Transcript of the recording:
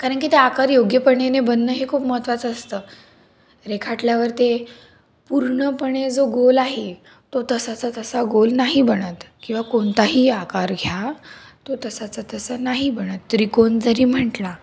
कारण की ते आकार योग्यपणे बनणं हे खूप महत्त्वाचं असतं रेखाटल्यावर ते पूर्णपणे जो गोल आहे तो तसाचा तसा गोल नाही बनत किंवा कोणताही आकार घ्या तो तसाचा तसा नाही बनत त्रिकोन जरी म्हटला